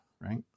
right